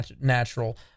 natural